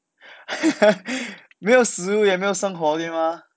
没有食物也没有生活对吗